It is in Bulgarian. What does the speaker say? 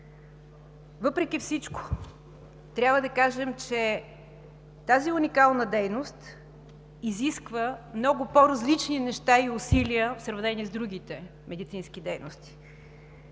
Въпреки всичко трябва да кажем, че тази уникална дейност изисква много по-различни неща и усилия в сравнение с другите медицински дейности.